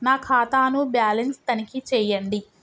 నా ఖాతా ను బ్యాలన్స్ తనిఖీ చేయండి?